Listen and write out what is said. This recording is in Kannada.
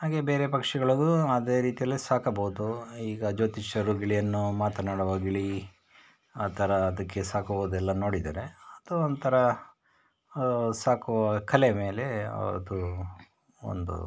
ಹಾಗೇ ಬೇರೆ ಪಕ್ಷಿಗಳಿಗೂ ಅದೇ ರೀತಿಯಲ್ಲಿ ಸಾಕಬೋದು ಈಗ ಜ್ಯೋತಿಷ್ಯರು ಗಿಳಿಯನ್ನು ಮಾತನಾಡುವ ಗಿಳಿ ಆ ಥರ ಅದಕ್ಕೆ ಸಾಕುವುದೆಲ್ಲ ನೋಡಿದ್ದೇನೆ ಅದು ಒಂಥರ ಸಾಕುವ ಕಲೆ ಮೇಲೆ ಅದು ಒಂದು